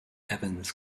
evans